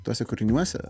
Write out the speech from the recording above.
tuose kūriniuose